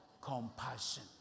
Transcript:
Compassion